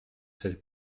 cette